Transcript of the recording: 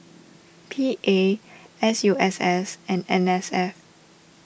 P A S U S S and N S F